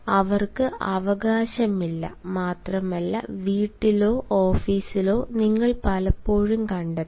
അവർക്ക് അവകാശമില്ല മാത്രമല്ല വീട്ടിലോ ഓഫീസിലോ നിങ്ങൾ പലപ്പോഴും കണ്ടെത്തും